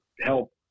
help